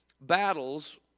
battles